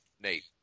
Nate